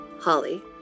Holly